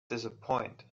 disappoint